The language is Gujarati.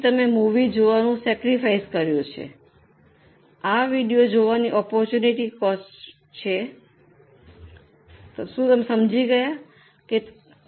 તેથી તમે મૂવી જોવાનું સૈક્રફાઇસ કર્યું છે આ વિડિઓ જોવાની આપર્ટૂનટી કોસ્ટ છે શું તમે સમજી ગયા છો